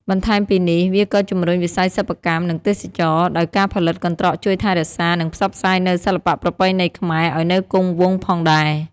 បន្ថែមពីនេះ វាក៏ជំរុញវិស័យសិប្បកម្ម និងទេសចរណ៍ ដោយការផលិតកន្ត្រកជួយថែរក្សា និងផ្សព្វផ្សាយនូវសិល្បៈប្រពៃណីខ្មែរឲ្យនៅគង់វង្សផងដែរ។